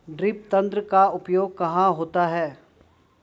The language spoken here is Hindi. ड्रिप तंत्र का उपयोग कहाँ होता है?